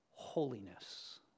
holiness